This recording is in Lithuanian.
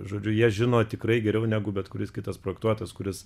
žodžiu jie žino tikrai geriau negu bet kuris kitas projektuotojas kuris